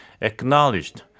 acknowledged